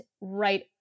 right